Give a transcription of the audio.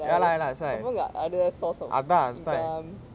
like confirm you got other source of income